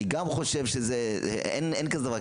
אני גם חושב שאין כזה דבר,